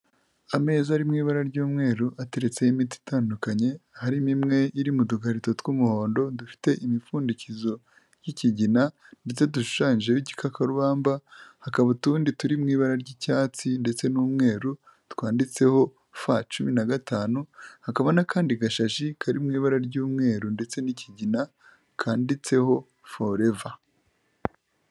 Ameza ari mu ibara ry'umweru, ateretseho imiti itandukanye, harimo imwe, iri mu dukarito tw'umuhondo, dufite imipfundikizo, y'ikigina, ndetse dushushanyijeho igikakarubamba, hakaba utundi turi mu ibara ry'icyatsi, ndetse n'umweru, twanditseho, F cumi na gatanu, hakaba n'akandi gashashi kari mu ibara ry'umweru, ndetse n'ikigina, kanditseho Foreva.